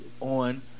on